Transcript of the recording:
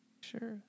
Sure